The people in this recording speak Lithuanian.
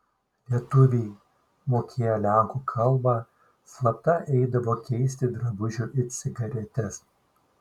lietuviai mokėję lenkų kalbą slapta eidavo keisti drabužių į cigaretes